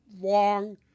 long